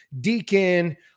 deacon